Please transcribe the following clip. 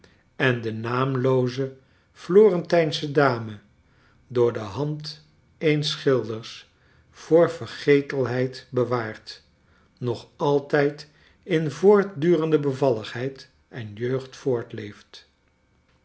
en de naamlooze florentijnsche dame door de hand eens schilders voor vergetelheid bewaard nog altijd in voortdurende bevalligheid en jeugd voortleeft